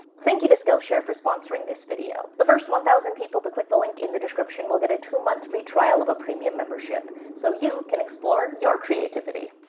thank you to skillshare for sponsoring this video. the first one thousand people to click the link in the description will get a two-month free trial of a premium membership, so you can explore your creativity.